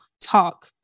talk